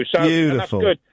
Beautiful